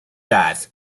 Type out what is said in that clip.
jazz